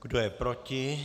Kdo je proti?